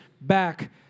back